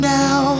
now